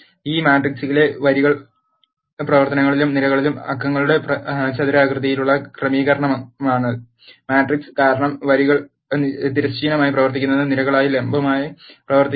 ഒരു മാട്രിക്സിലെ വരികളിലെയും നിരകളിലെയും അക്കങ്ങളുടെ ചതുരാകൃതിയിലുള്ള ക്രമീകരണമാണ് മാട്രിക്സ് കാരണം വരികൾ തിരശ്ചീനമായി പ്രവർത്തിക്കുന്നതും നിരകളാണ് ലംബമായി പ്രവർത്തിക്കുന്നത്